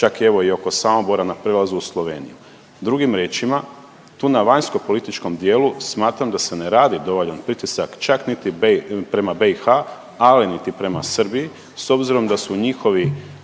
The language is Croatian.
evo, i oko Samobora na prijelazu u Sloveniju. Drugim riječima, tu na vanjskopolitičkom dijelu smatram da se ne radi dovoljan pritisak, čak niti, prema BiH, ali niti prema Srbiji, s obzirom da su njihovi